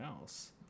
else